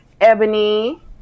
ebony